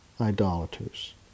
idolaters